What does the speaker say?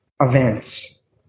events